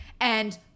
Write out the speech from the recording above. And-